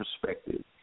perspective